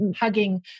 hugging